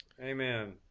Amen